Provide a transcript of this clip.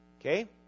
Okay